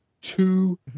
two